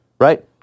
right